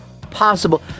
possible